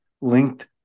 linked